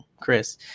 chris